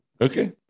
Okay